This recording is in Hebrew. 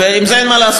ועם זה אין מה לעשות,